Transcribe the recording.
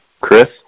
Chris